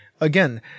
Again